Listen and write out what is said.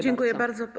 Dziękuję bardzo.